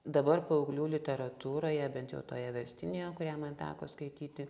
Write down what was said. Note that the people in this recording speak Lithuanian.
dabar paauglių literatūroje bent jau toje verstinėje kurią man teko skaityti